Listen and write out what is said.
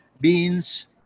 beans